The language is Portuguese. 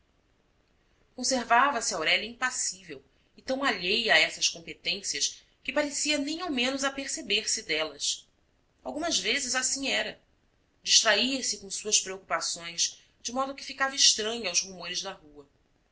conservava-se aurélia impassível e tão alheia a essas competências que parecia nem ao menos aperceber se delas algumas vezes assim era distraía se com suas preocupações de modo que ficava estranha aos rumores da rua